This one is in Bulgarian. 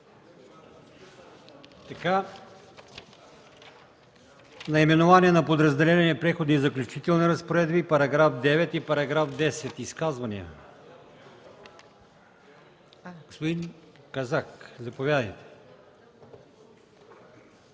По наименование на подразделение „Преходни и заключителни разпоредби”, параграфи 9 и 10 – изказвания? Господин Казак, заповядайте.